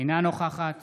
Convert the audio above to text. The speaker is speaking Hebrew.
אינה נוכחת